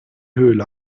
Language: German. höhle